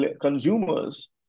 consumers